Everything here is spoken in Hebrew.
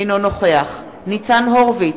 אינו נוכח ניצן הורוביץ,